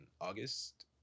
August